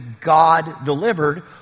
God-delivered